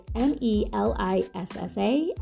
M-E-L-I-S-S-A